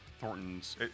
Thornton's